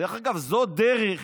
דרך אגב, זאת דרך